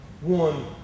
one